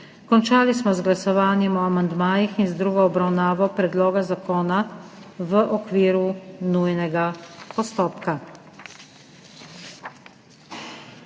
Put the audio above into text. Končali smo z glasovanjem o amandmajih in z drugo obravnavo predloga zakona v okviru skrajšanega postopka.